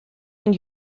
and